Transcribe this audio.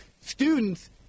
students